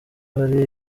hari